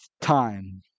time